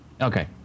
Okay